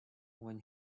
when